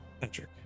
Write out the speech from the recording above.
Patrick